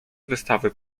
wystawy